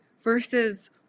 versus